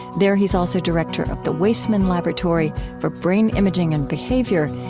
there, he's also director of the waisman laboratory for brain imaging and behavior.